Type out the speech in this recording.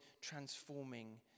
transforming